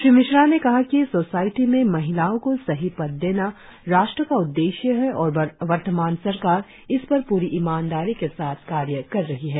श्री मिश्रा ने कहा कि सोसायटी में महिलाओं को सही पद देना राष्ट्र का उद्देश्य है और वर्तमान सरकार इस पर पूरी इमानदारी के साथ कार्य कर रही है